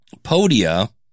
Podia